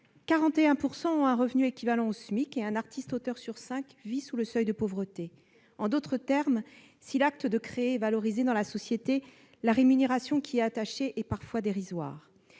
eux ont un revenu équivalent au SMIC, et un artiste-auteur sur cinq vit sous le seuil de pauvreté. En d'autres termes, si l'acte de création est valorisé dans la société, la rémunération qui y est attachée est parfois dérisoire.